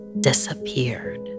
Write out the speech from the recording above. disappeared